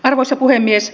arvoisa puhemies